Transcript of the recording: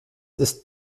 ist